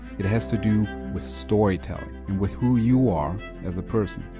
it has to do with storytelling and with who you are as a person.